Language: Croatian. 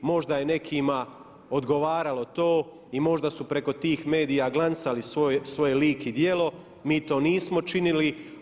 Možda je nekima odgovaralo to i možda su preko tih medija glancali svoj lik i djelo, mi to nismo činili.